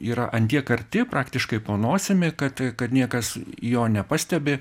yra ant tiek arti praktiškai po nosimi kad kad niekas jo nepastebi